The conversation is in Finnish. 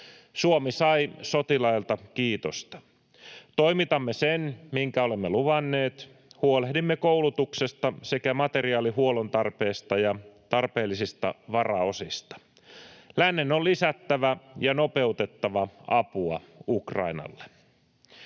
Suomi sai sotilailta kiitosta: Toimitamme sen, minkä olemme luvanneet. Huolehdimme koulutuksesta sekä materiaalin huollontarpeesta ja tarpeellisista varaosista. Lännen on lisättävä ja nopeutettava apua Ukrainalle.